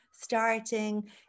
starting